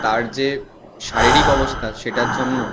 তার যে শারীরিক অবস্থা সেটার জন্য